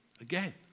again